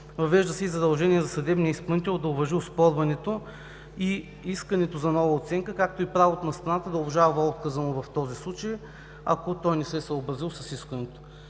Въвежда се и задължение за съдебния изпълнител да уважи оспорването и искането за нова оценка, както и правото на страната да обжалва отказа му в този случай, ако той не се е съобразил с искането.